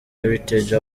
heritage